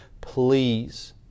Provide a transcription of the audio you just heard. please